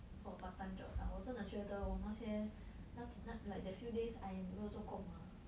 for part time jobs lah 我真的觉得我那些那那 like that few days I 没有做工 ah